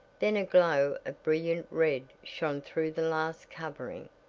then a glow of brilliant red shown through the last covering.